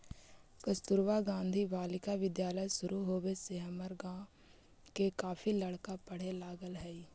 कस्तूरबा गांधी बालिका विद्यालय शुरू होवे से हमर गाँव के काफी लड़की पढ़े लगले हइ